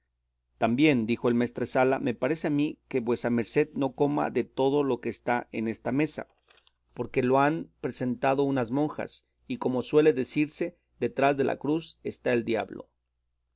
también dijo el maestresala me parece a mí que vuesa merced no coma de todo lo que está en esta mesa porque lo han presentado unas monjas y como suele decirse detrás de la cruz está el diablo